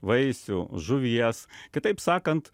vaisių žuvies kitaip sakant